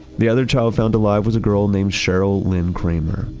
the other child found alive was a girl named sheryl lynn kramer,